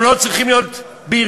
הם לא צריכים להיות בארגון.